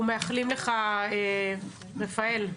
אנחנו מאחלים לך, רפאל,